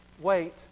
wait